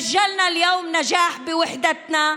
רשמנו היום הצלחה באחדותנו,